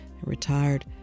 retired